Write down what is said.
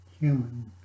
human